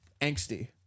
angsty